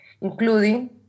including